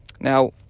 Now